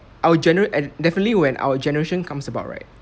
our general and definitely when our generation comes about right